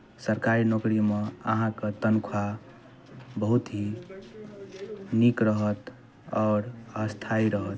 सरकारी नौकरीमे अहाँके तनख्वाह बहुत ही नीक रहत आओर स्थाइ रहत